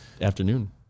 afternoon